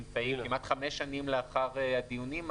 מי מסביר את התיקון?